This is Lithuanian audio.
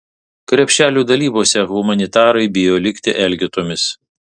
krepšelių dalybose humanitarai bijo likti elgetomis